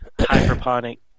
hydroponic